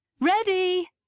Ready